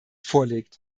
vorlegt